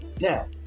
now